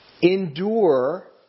Endure